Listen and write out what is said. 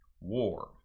war